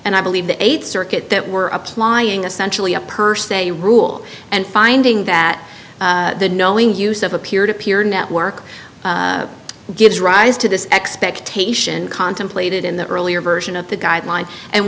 and i believe the eight circuit that were applying a centrally a person a rule and finding that the knowing use of a peer to peer network gives rise to this expectation contemplated in the earlier version of the guideline and